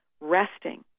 resting